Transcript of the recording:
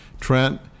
Trent